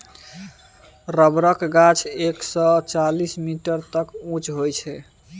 रबरक गाछ एक सय चालीस मीटर तक उँच होइ छै